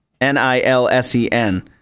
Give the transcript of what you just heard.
N-I-L-S-E-N